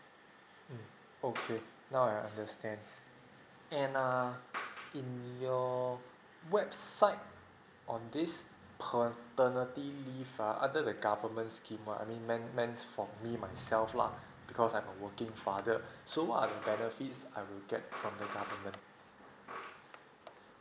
mm okay now I understand and err in your website on this paternity leave uh other than government scheme uh I mean meant meant for me myself lah because I'm a working father so what are the benefits I will get from the government